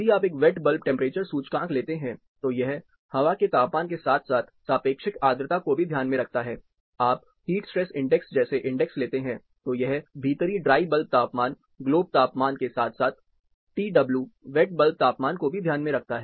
यदि आप एक वेट बल्ब टेंपरेचर सूचकांक लेते हैं तो यह हवा के तापमान के साथ साथ सापेक्षिक आर्द्रता को भी ध्यान में रखता है आप हीट स्ट्रेस इंडेक्स जैसे इंडेक्स लेते हैं तो यह भीतरी ड्राई बल्ब तापमान ग्लोब तापमान के साथ साथ टीडब्ल्यू वेट बल्ब तापमान को भी ध्यान में रखता है